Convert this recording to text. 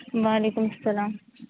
وعلیکم السّلام